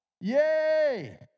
Yay